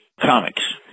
Comics